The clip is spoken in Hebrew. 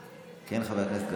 כן, חבר הכנסת קריב.